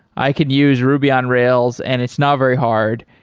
i could use ruby on rails and it's not very hard.